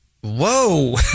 Whoa